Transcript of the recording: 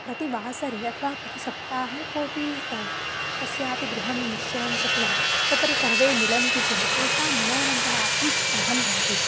प्रतिवासरे अथवा प्रतिसप्ताहे कोऽपि कस्यापि गृहं निश्चयङ्कृत्वा तत्र सर्वे मिलन्ति चेत् तेषां मनोरञ्जनार्थं साधनं भवति